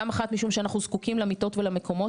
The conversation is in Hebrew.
פעם אחת משום שאנחנו זקוקים למיטות ולמקומות,